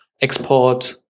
export